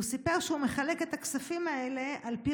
הוא סיפר שהוא מחלק את הכספים האלה על פי